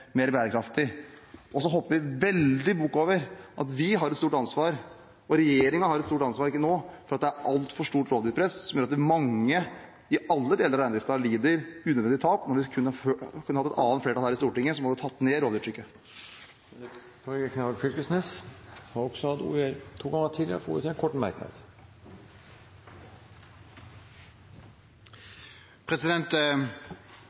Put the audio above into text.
mer bærekraftig. Man hopper veldig bukk over at vi har et stort ansvar – og regjeringen har et stort ansvar nå – for at det er altfor stort rovdyrpress, som gjør at mange i alle deler av reindriften lider unødvendige tap, når man kunne ha hatt et annet flertall her i Stortinget som hadde tatt ned rovdyrtrykket. Representanten Torgeir Knag Fylkesnes har hatt ordet to ganger tidligere og får ordet til en kort merknad,